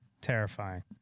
terrifying